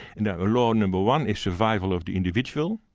now, law no. one is survival of the individual.